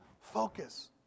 focus